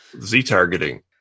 Z-targeting